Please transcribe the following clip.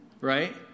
Right